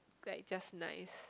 like just nice